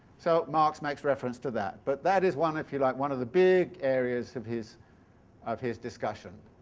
so marx makes reference to that, but that is one, if you like, one of the big areas of his of his discussion.